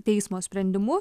teismo sprendimu